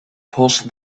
pushed